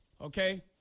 Okay